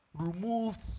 removed